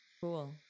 Cool